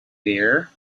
there